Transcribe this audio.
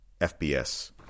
FBS